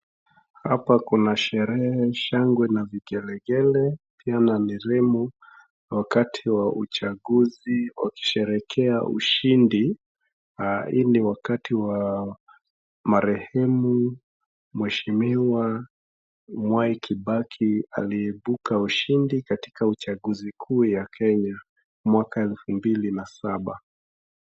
Hapa kuna sherehe, shangwe na vigelegele pia na nderemo. Wakati wa uchaguzi wakisherehekea ushindi. Hii ni wakati wa marehemu mheshimiwa Mwai Kibaki aliibuka ushindi katika uchaguzi kuu ya Kenya mwaka elfu mbili na saba.